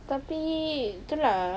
tapi itu lah